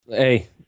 Hey